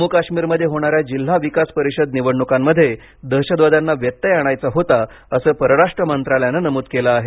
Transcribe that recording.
जम्मू काश्मीरमध्ये होणाऱ्या जिल्हा विकास परिषद निवडणुकांमध्ये दहशतवाद्यांना व्यत्यय आणायचा होता असे परराष्ट्र मंत्रालयाने नमूद केलं आहे